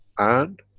and,